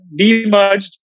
demerged